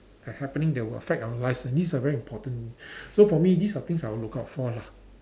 that happening that will affect our lives and these are very important so for me these are things I'll look out for lah